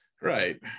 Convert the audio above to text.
Right